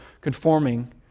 conforming